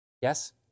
Yes